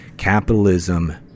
capitalism